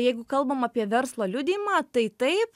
jeigu kalbam apie verslo liudijimą tai taip